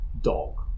dog